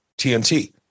TNT